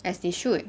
as they should